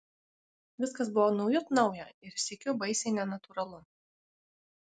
viskas buvo naujut nauja ir sykiu baisiai nenatūralu